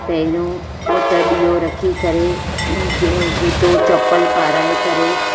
पहिरियों हुअं त ॾीओ रखी करे जूतो चम्पलु पराए करे